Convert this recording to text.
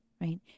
Right